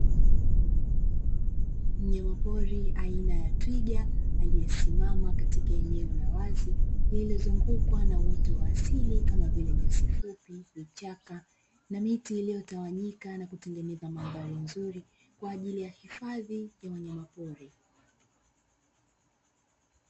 Mnyamapori aina ya twiga aliesimama katika eneo la wazi, lililozungukwa na uoto wa asili kama nyasi fupi, vichaka na miti iliyotawanyika, na kutengeneza mandhari nzuri kwa ajili ya hifadhi wa wanyamapori.